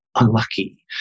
unlucky